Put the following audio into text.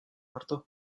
hartu